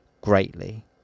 greatly